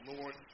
Lord